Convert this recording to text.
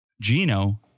Gino